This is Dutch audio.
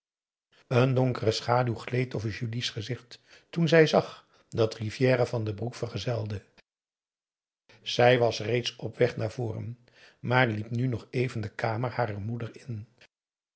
een donkere schaduw gleed over julie's gezicht toen zij zag dat rivière van den broek vergezelde zij was reeds op weg naar voren maar liep nu nog even de kamer harer moeder in